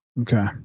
Okay